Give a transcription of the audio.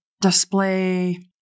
display